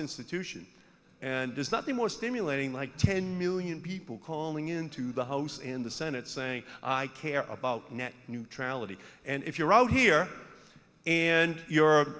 institution and does nothing more stimulating like ten million people calling into the house and the senate saying i care about net neutrality and if you're out here and europe